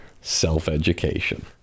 Self-education